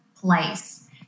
place